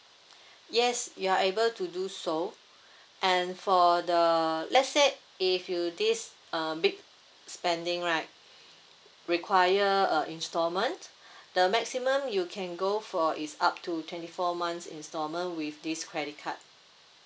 yes you are able to do so and for the let's say if you this uh big spending right require a instalment the maximum you can go for is up to twenty four months instalment with this credit card